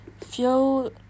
feel